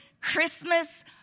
Christmas